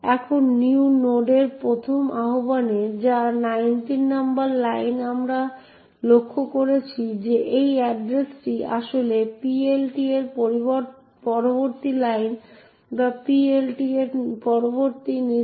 এখন new node এর প্রথম আহ্বানে যা 19 নম্বর লাইনে আমরা লক্ষ্য করেছি যে এই এড্রেসটি আসলে PLT এর পরবর্তী লাইন বা PLT এর পরবর্তী নির্দেশ